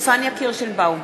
פניה קירשנבאום,